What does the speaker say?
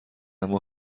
اما